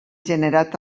generat